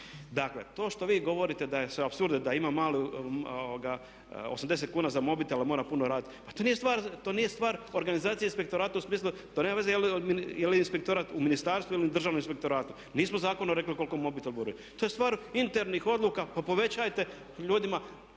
Dakle, to što vi govorite su apsurdi, da ima 80 kuna za mobitele, mora puno raditi, to nije stvar organizacije inspektorata u smislu, pa nema veze jel je inspektorat u ministarstvu ili u državnom inspektoratu. Nismo zakonom rekli koliko mobitel bude. To je stvar internih odluka, pa povećajte ljudima